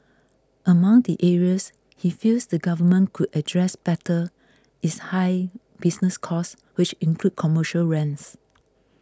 among the areas he feels the government could address better is high business costs which include commercial rents